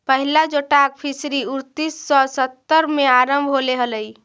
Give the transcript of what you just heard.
पहिला जोटाक फिशरी उन्नीस सौ सत्तर में आरंभ होले हलइ